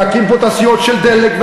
להקים פה תעשיות של דלק,